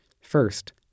First